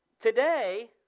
today